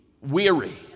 weary